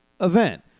event